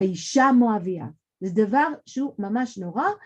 האישה מואביה, זה דבר שהוא ממש נורא.